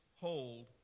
hold